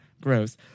Gross